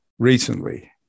Recently